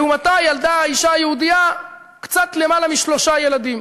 לעומתה ילדה האישה היהודייה קצת יותר משלושה ילדים,